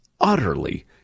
utterly